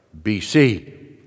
BC